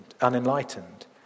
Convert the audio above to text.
unenlightened